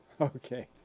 okay